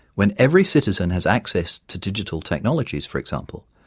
when every citizen has access to digital technologies, for example,